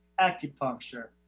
acupuncture